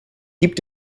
gibt